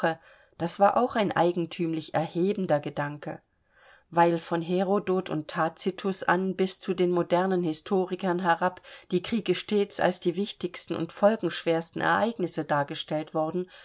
das war auch ein eigentümlich erhebender gedanke weil von herodot und tacitus an bis zu den modernen historikern herab die kriege stets als die wichtigsten und folgenschwersten ereignisse dargestellt worden